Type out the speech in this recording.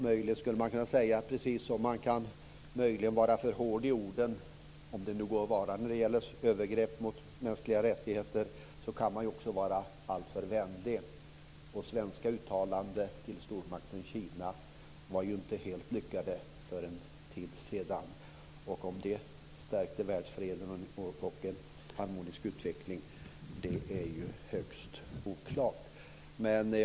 Möjligen skulle man kunna säga att precis som man kan vara för hård i orden, om det nu går att vara det när det gäller övergrepp mot mänskliga rättigheter, kan man också vara alltför vänlig. De svenska uttalandena för en tid sedan om stormakten Kina var ju inte helt lyckade. Huruvida det stärkte världsfreden och gav en harmonisk utveckling är högst oklart. Herr talman!